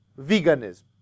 veganism